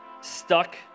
stuck